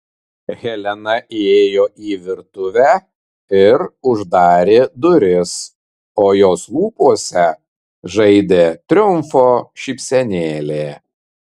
helena įėjo į virtuvę ir uždarė duris o jos lūpose žaidė triumfo šypsenėlė